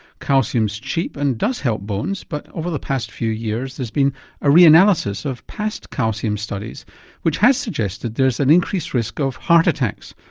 calcium is cheap and does help bones but over the past few years there's been a re-analysis of past calcium studies which has suggested there's an increased risk of heart attacks,